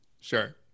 Sure